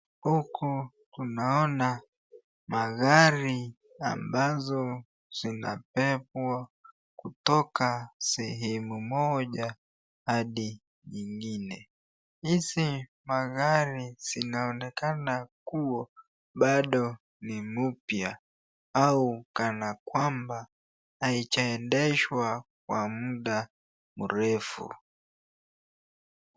Huku tunaona magari ambazo zinabebwa kutoka sehemu moja hadi nyingine. Hizi magari zinaonekana kuwa bado ni mpya ama kana kwamba haijaendeshwa kwa muda mrefu.